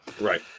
right